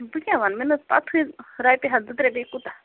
بہٕ کیٛاہ وَن مےٚ نَہ حظ پتہٕے رۄپیہِ ہتھ زٕ ترٛےٚ بیٚیہِ کوٗتاہ